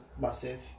massive